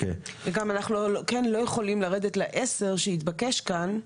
אנחנו לא יכולים לרדת ל-10 שהתבקש כאן,